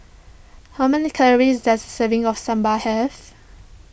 how many calories does a serving of Sambal have